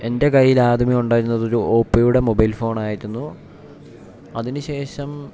എൻ്റെ കൈയിൽ ആദ്യമേ ഉണ്ടായിരുന്നത് ഒരു ഓപ്പയുടെ മൊബൈൽ ഫോണായിരുന്നു അതിനുശേഷം